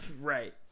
Right